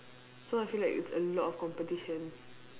so I feel like it's a lot of competition